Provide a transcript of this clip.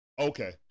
Okay